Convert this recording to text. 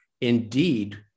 indeed